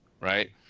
right